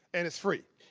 and it's free.